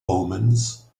omens